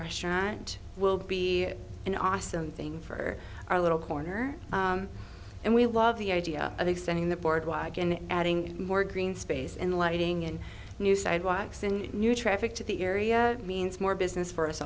restaurant will be an awesome thing for our little corner and we love the idea of extending the board walk and adding more green space and lighting in new sidewalks in new traffic to the area means more business for us